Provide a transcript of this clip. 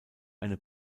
eine